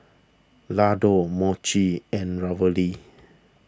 Ladoo and